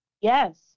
Yes